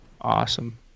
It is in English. Awesome